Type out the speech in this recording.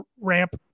ramp